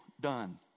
done